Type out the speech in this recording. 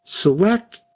Select